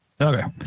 okay